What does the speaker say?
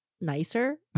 nicer